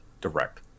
direct